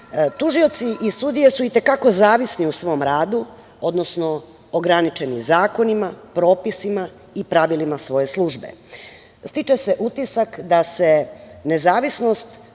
Tužioci i sudije su i te kako zavisni u svom radu, odnosno ograničeni zakonima, propisima i pravilima svoje službe. Stiče se utisak da se nezavisnost